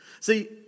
See